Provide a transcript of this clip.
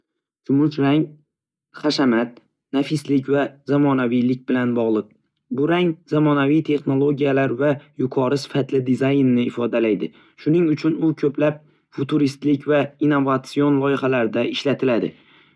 Kumush rang hashamat, nafislik va zamonaviylik bilan bog'liq. Bu rang zamonaviy texnologiyalar va yuqori sifatli dizaynni ifodalaydi, shuning uchun u ko'plab futuristik va innovatsion loyihalarda ishlatiladi.